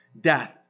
death